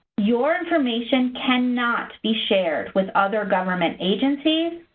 your information cannot be shared with other government agencies,